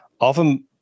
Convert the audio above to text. Often